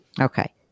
Okay